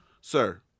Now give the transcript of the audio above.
sir